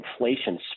inflation